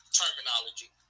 terminology